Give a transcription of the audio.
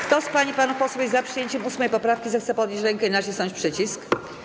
Kto z pań i panów posłów jest za przyjęciem 8. poprawki, zechce podnieść rękę i nacisnąć przycisk.